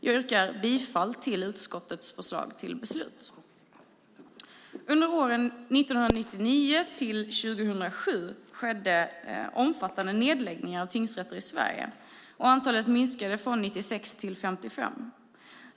Jag yrkar bifall till utskottets förslag till beslut. Under åren 1999-2007 skedde omfattande nedläggningar av tingsrätter i Sverige, och antalet minskade från 96 till 55.